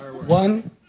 One